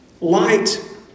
Light